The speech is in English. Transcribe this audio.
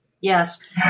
Yes